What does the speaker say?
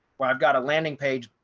but i've got a landing page,